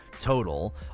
total